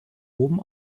oben